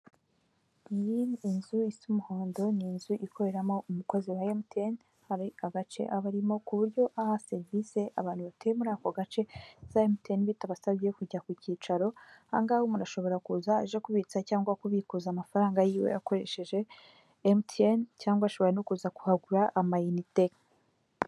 Iyi nzu ni inzu ikoreramo umukozi wa Emutiyeni haba ari agace aba arimo ku buryo aha serivise abantu batuye muri ako gace za Emutiyene bitabasabye kujya ku cyicaro, aha ngaha umuntu ashobora kuza aje kubitsa cyangwa kubikuza amafaranga yiwe yakoresheje Emutiyeni cyangwa ashobora no kuza kuhagura ama inite.